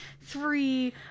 three